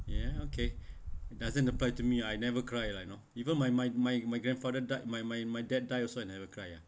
ya okay it doesn't apply to me ah I never cry lah you know even my my my my grandfather died my my my dad die also you never ya